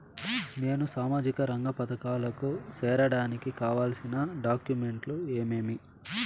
నేను సామాజిక రంగ పథకాలకు సేరడానికి కావాల్సిన డాక్యుమెంట్లు ఏమేమీ?